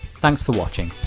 thanks for watching.